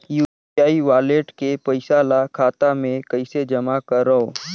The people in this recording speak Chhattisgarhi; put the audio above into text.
यू.पी.आई वालेट के पईसा ल खाता मे कइसे जमा करव?